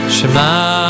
Shema